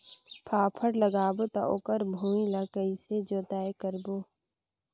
फाफण लगाबो ता ओकर भुईं ला कइसे जोताई करबो?